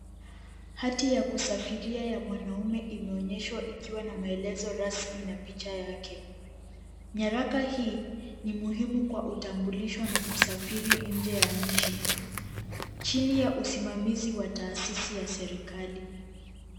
Hati ya kusafiria ya mwanaume imeonyeshwa, ikiwa na maelezo rasmi na picha yake. Nyaraka hii ni muhimu kwa utambulisho na kusafiri nje ya nchi. Chini ya usimamizi wa taasisi ya serikali.